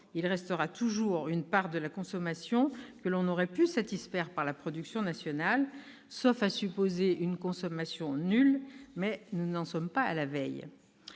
il restera toujours une part de la consommation que l'on aurait pu satisfaire par la production nationale, sauf à supposer une consommation nulle, mais ce n'est pas demain la veille.